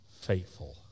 faithful